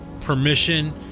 permission